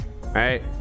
right